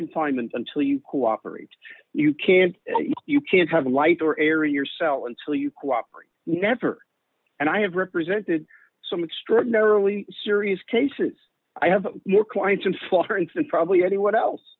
confinement until you cooperate you can't you can't have a lighter area yourself until you cooperate never and i have represented some extraordinarily serious cases i have your clients in for hearings and probably anyone else